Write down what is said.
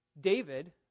David